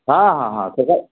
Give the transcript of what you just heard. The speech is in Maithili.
हँ हँ तेकर